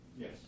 Yes